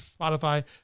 Spotify